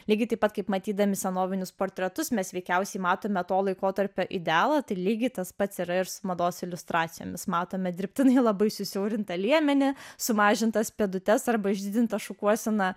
lygiai taip pat kaip matydami senovinius portretus mes veikiausiai matome to laikotarpio idealą tai lygiai tas pats yra ir su mados iliustracijomis matome dirbtinai labai susiaurinta liemenį sumažintas pėdutes arba išdidintą šukuoseną